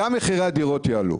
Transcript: מחירי הדירות יעלו,